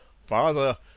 Father